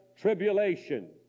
tribulation